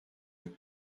deux